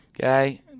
okay